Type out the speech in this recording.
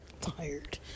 tired